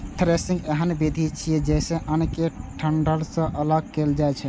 threshing एहन विधि छियै, जइसे अन्न कें डंठल सं अगल कैल जाए छै